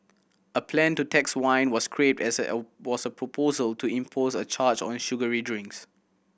a plan to tax wine was scrapped as was a proposal to impose a charge on sugary drinks